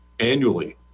annually